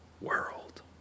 world